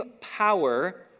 power